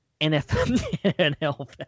NFL